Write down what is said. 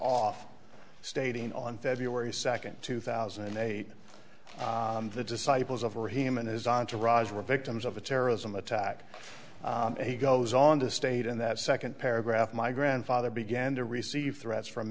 off stating on february second two thousand and eight the disciples of her him and his entourage were victims of a terrorism attack and he goes on to state in that second paragraph my grandfather began to receive threats from